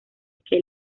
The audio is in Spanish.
que